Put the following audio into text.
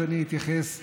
אז אני אתייחס אליהם,